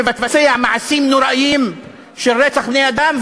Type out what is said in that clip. שמבצע מעשים נוראיים של רצח בני-אדם,